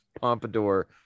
pompadour